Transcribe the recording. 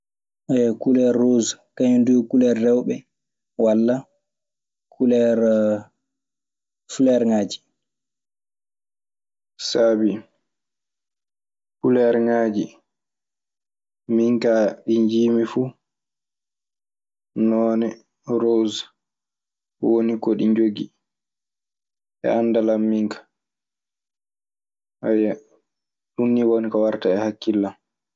kuleer roos kañun duu yo kuleer rewɓe walla kuleer fuleerŋaaji. Sabi kuleerŋaaji mi kaa ko njiimi fuu, noone roos woni ko ɗi jogii. Saabii kuleerŋaaji min kaa ɗi njiimi fu, noone roos woni ko ɗi njogii, e anndal an min ka. ɗun nii woni ko warta e hakkille an.